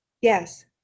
yes